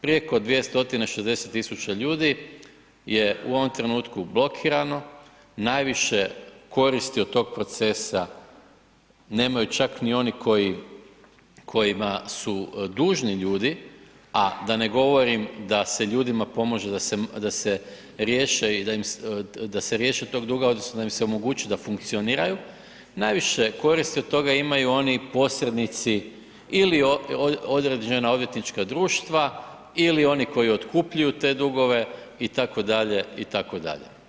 Preko 260 000 ljudi je u ovom trenutku blokirano, najviše koristi od tog procesa nemaju čak ni oni kojima su dužni ljudi, a da ne govorim da se ljudima pomaže da se riješe tog duga odnosno da im se omogući da funkcioniraju, najviše koristi od toga imaju oni posrednici ili određena odvjetnička društva ili oni koji otkupljuju te dugove itd. itd.